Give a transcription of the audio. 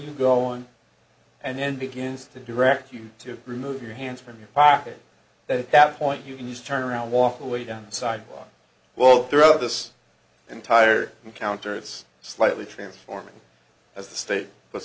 you go on and then begins to direct you to remove your hands from your pocket that at that point you can use turn around walk away down the sidewalk well throughout this entire encounter it's slightly transforming as the state put